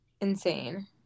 Insane